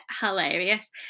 hilarious